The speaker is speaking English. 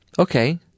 Okay